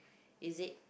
is it